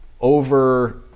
over